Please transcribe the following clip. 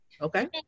Okay